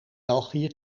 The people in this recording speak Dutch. belgië